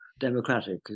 democratic